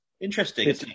interesting